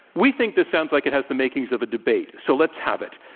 we think this sounds like it has the makings of a debate. so, let's have it.